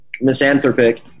Misanthropic